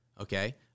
Okay